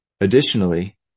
Additionally